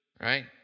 right